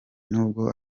nubwo